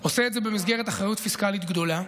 הוא עושה את זה במסגרת אחריות פיסקלית גדולה,